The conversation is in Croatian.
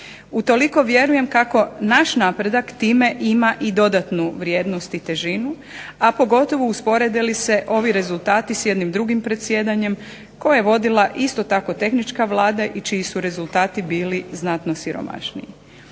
Utoliko vjerujem kako naš napredak time ima i dodatnu vrijednost i težinu, a pogotovo usporede li se ovi rezultati s jednim drugim predsjedanjem koje je vodila isto tako tehnička Vlada i čiji su rezultati bili znatno siromašniji.